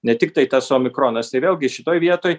ne tiktai tas omikronas tai vėlgi šitoj vietoj